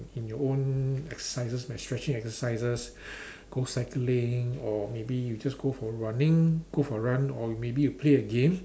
in your own exercises like stretching exercises go cycling or maybe you just go for running go for run or maybe you play a game